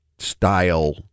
style